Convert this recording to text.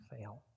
fail